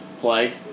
play